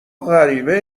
غریبه